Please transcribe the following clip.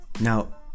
Now